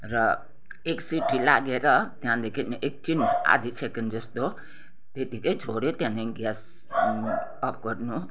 र एक सिटी लागेर त्याँदेखि एकछिन आदि सेकेन्ड जस्तो त्यत्तिकै छोड्यो त्याँदेखि ग्यास अफ गर्नु